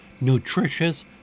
nutritious